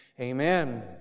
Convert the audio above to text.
amen